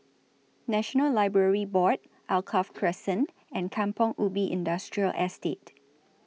National Library Board Alkaff Crescent and Kampong Ubi Industrial Estate